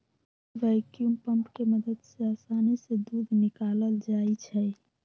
vacuum pump के मदद से आसानी से दूध निकाकलल जाइ छै